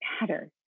matter